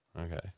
Okay